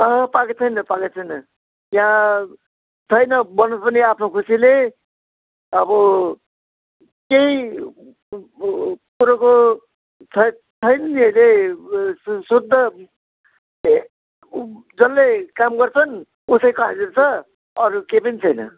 अहँ पाएको छैन पाएको छैन यहाँ छैन बोनस पनि आफ्नो खुसीले अब त्यही परको छै छैन नि अहिले सोध्दा जसले काम गर्छन् उसैको हाजिरा छ अरू केही पनि छैन